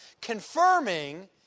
confirming